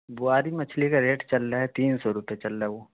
بواری مچھلی کا ریٹ چل رہا ہے تین سو روپے چل رہا ہے وہ